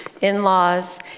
in-laws